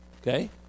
Okay